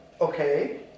Okay